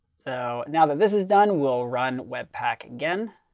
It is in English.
so now that this is done, we'll run webpack again.